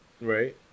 right